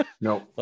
No